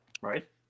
Right